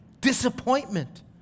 disappointment